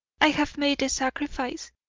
i have made the sacrifice.